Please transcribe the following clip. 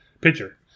pitcher